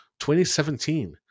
2017